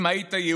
אם היית יהודי,